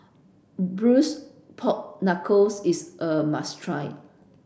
blues pork knuckles is a must try